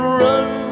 run